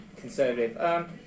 conservative